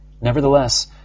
Nevertheless